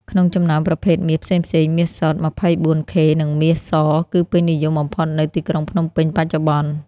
ក្នុងចំណោមប្រភេទមាសផ្សេងៗ មាសសុទ្ធ ២៤ ខេ និងមាសស គឺពេញនិយមបំផុតនៅទីក្រុងភ្នំពេញបច្ចុប្បន្ន។